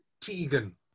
Tegan